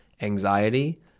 anxiety